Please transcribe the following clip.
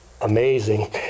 amazing